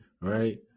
right